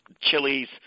chilies